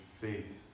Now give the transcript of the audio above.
faith